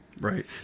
right